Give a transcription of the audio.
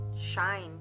shine